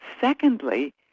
secondly